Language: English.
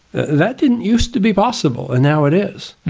that didn't used to be possible and now it is.